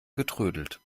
getrödelt